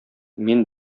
мин